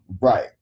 Right